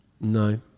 No